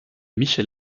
michel